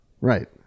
Right